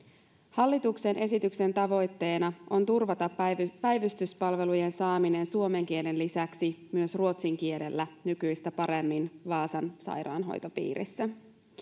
hallituksen esityksen tavoitteena on turvata päivystyspalvelujen saaminen suomen kielen lisäksi myös ruotsin kielellä nykyistä paremmin vaasan sairaanhoitopiirissä